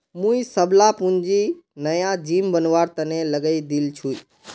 मुई सबला पूंजी नया जिम बनवार तने लगइ दील छि